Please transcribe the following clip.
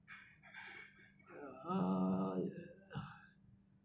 uh